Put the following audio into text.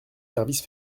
services